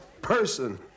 Person